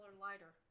lighter